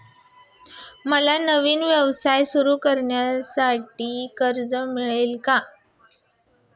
मला नवीन व्यवसाय सुरू करण्यासाठी कर्ज मिळेल का?